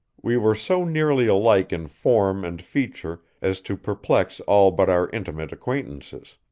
we were so nearly alike in form and feature as to perplex all but our intimate acquaintances,